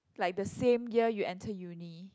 like the same year you enter uni